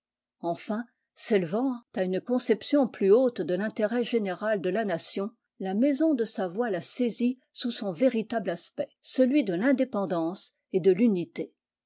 enfin s'élevant à une conception plus haute de l'intérêt général de la nation la maison de savoie l'a saisi sous son véritable aspect celui de l'indépendance et de l'unité